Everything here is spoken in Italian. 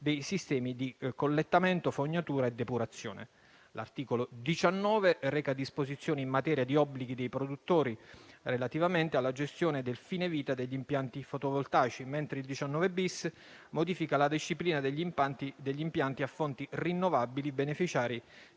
dei sistemi di collettamento, fognatura e depurazione. L'articolo 19 reca disposizioni in materia di obblighi dei produttori relativamente alla gestione del fine vita degli impianti fotovoltaici, mentre il 19-*bis* modifica la disciplina degli impianti a fonti rinnovabili, beneficiari